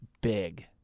big